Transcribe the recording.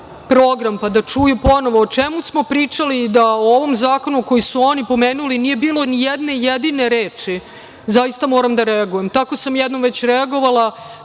program pa da čuju ponovo o čemu smo pričali da o ovom zakonu koji su oni pomenuli nije bilo ni jedne jedine reči. Zaista, moram da reagujem. Tako sam jednom već reagovala